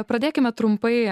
pradėkime trumpai